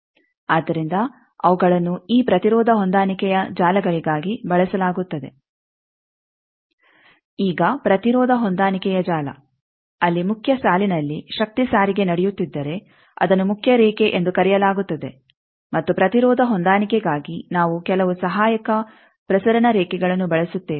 ಆದ್ದರಿಂದ ಅವುಗಳನ್ನು ಈ ಪ್ರತಿರೋಧ ಹೊಂದಾಣಿಕೆಯ ಜಾಲಗಳಿಗಾಗಿ ಬಳಸಲಾಗುತ್ತದೆ ಈಗ ಪ್ರತಿರೋಧ ಹೊಂದಾಣಿಕೆಯ ಜಾಲ ಅಲ್ಲಿ ಮುಖ್ಯ ಸಾಲಿನಲ್ಲಿ ಶಕ್ತಿ ಸಾರಿಗೆ ನಡೆಯುತ್ತಿದ್ದರೆ ಅದನ್ನು ಮುಖ್ಯ ರೇಖೆ ಎಂದು ಕರೆಯಲಾಗುತ್ತದೆ ಮತ್ತು ಪ್ರತಿರೋಧ ಹೊಂದಾಣಿಕೆಗಾಗಿ ನಾವು ಕೆಲವು ಸಹಾಯಕ ಪ್ರಸರಣ ರೇಖೆಗಳನ್ನು ಬಳಸುತ್ತೇವೆ